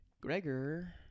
Gregor –